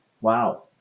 Wow